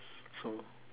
so